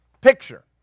picture